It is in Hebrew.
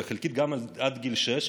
וחלקית גם עד גיל שש,